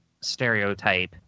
stereotype